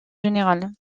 général